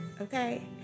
Okay